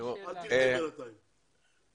חבר הכנסת שטרן.